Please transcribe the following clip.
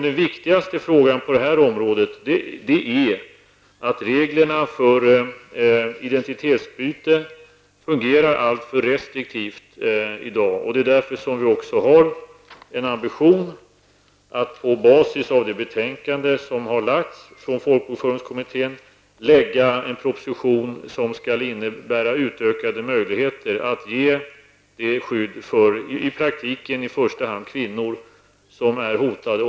Den viktigaste frågan på det här området är att reglerna för identitetsbyte i dag fungerar alltför restriktivt. Det är därför som vi också har en ambition att på basis av det betänkande som lagts fram av folkbokföringskommittén lägga fram en proposition som skall innebära utökade möjligheter att ge det skydd för i första hand kvinnor som är hotade.